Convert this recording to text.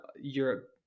europe